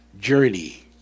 journey